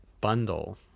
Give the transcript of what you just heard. bundle